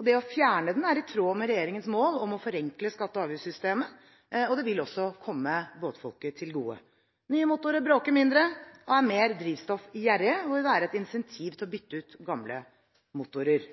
og det å fjerne den er i tråd med regjeringens mål om å forenkle skatte- og avgiftssystemet. Det vil også komme båtfolket til gode. Nye motorer bråker mindre og er mer drivstoffgjerrige og vil være et incentiv til å bytte ut gamle motorer.